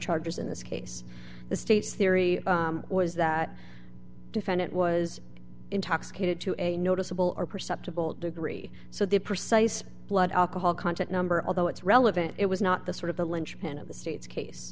charges in this case the state's theory was that defendant was intoxicated to a noticeable or perceptible degree so the precise blood alcohol content number although it's relevant it was not the sort of the linchpin of the state's case